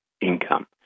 income